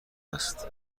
است